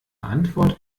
antwort